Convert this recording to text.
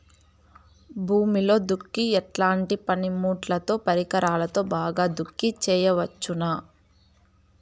భూమిలో దుక్కి ఎట్లాంటి పనిముట్లుతో, పరికరాలతో బాగా దుక్కి చేయవచ్చున?